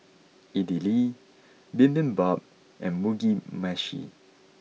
Idili Bibimbap and Mugi meshi